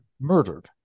murdered